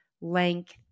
length